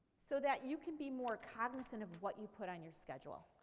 so that you can be more cognizant of what you put on your schedule.